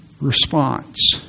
response